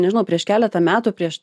nežinau prieš keletą metų prieš